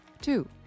Two